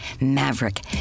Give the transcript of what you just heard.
maverick